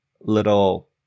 little